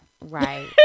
Right